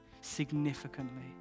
significantly